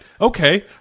Okay